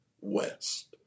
west